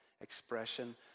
expression